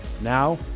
now